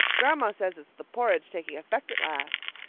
grandma says it's the porridge taking effect at last.